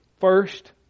first